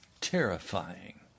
terrifying